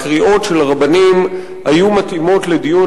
הקריאות של הרבנים היו מתאימות לדיון